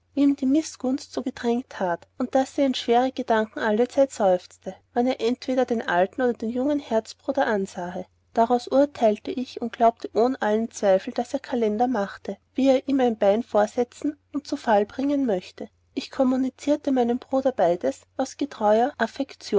die mißgunst so gedrang tät und daß er in schweren gedanken allezeit seufzete wann er entweder den alten oder den jungen herzbruder ansahe daraus urteilete ich und glaubte ohn allen zweifel daß er kalender machte wie er ihm ein bein vorsetzen und zu fall bringen möchte ich kommunizierte meinem bruder beides aus getreuer